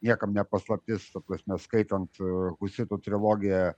niekam ne paslaptis ta prasme skaitant husitų trilogija